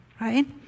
right